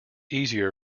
easier